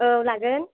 औ लागोन